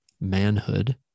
manhood